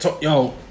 Yo